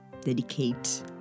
dedicate